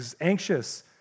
anxious